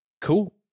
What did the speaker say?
Cool